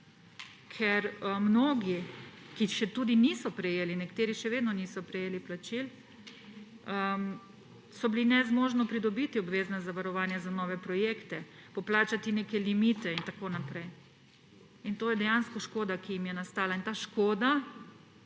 Ker mnogi, ki še tudi niso prejeli, nekateri še vedno niso prejeli plačil, so bili nezmožni pridobiti obvezna zavarovanja za nove projekte, poplačati neke limite in tako naprej. In to je dejansko škoda, ki jim je nastala, in ta škoda